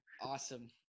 Awesome